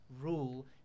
rule